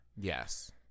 Yes